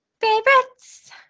favorites